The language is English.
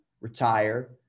retire